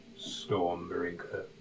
Stormbreaker